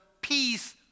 peace